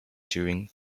during